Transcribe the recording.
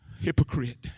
hypocrite